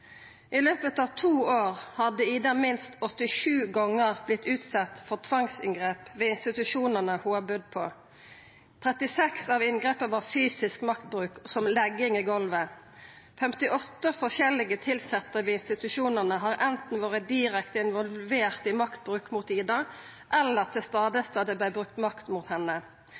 to år hadde «Ida» minst 87 gonger vorte utsett for tvangsinngrep ved institusjonane ho hadde budd på. 36 av inngrepa var fysisk maktbruk, som legging i golvet. 58 forskjellige tilsette ved institusjonane hadde anten vore direkte involverte i maktbruk mot «Ida» eller til stades da det vart brukt makt mot henne.